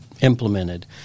implemented